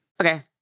Okay